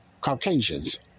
Caucasians